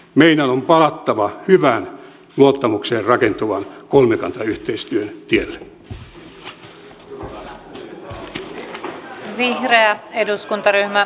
meidän on palattava hyvän luottamukseen rakentuvan kolmikantayhteistyön tielle